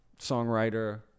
songwriter